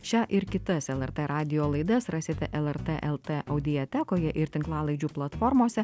šią ir kitas lrt radijo laidas rasite lrt lt audiatekoje ir tinklalaidžių platformose